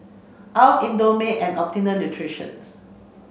Alf Indomie and Optimum Nutritions